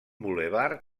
bulevard